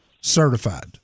certified